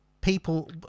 people